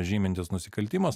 žymintis nusikaltimas